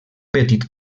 petit